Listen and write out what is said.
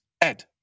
Ed